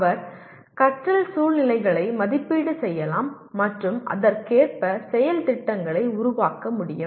அவர் கற்றல் சூழ்நிலைகளை மதிப்பீடு செய்யலாம் மற்றும் அதற்கேற்ப செயல் திட்டங்களை உருவாக்க முடியும்